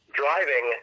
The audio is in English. driving